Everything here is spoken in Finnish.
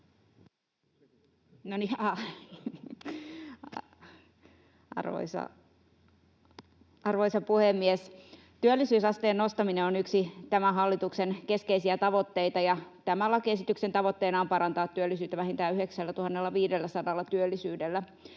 Arvoisa puhemies! Työllisyysasteen nostaminen on yksi tämän hallituksen keskeisiä tavoitteita, ja tämän lakiesityksen tavoitteena on parantaa työllisyyttä vähintään 9 500 työllisellä.